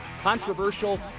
controversial